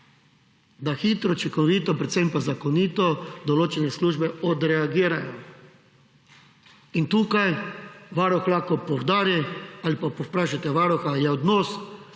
da hitro, učinkovito, predvsem pa zakonito določene službe odreagirajo. Tukaj varuh lahko poudari, ali pa povprašate varuha, je odnos